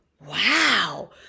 wow